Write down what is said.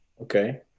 Okay